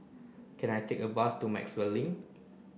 can I take a bus to Maxwell Link